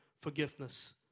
forgiveness